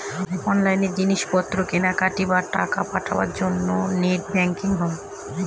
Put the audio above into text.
online জিনিস পত্র কেনাকাটি, বা টাকা পাঠাবার জন্য নেট ব্যাঙ্কিং হয়